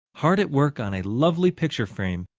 hard at work on a lovely picture frame,